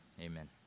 Amen